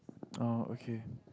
oh okay